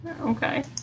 Okay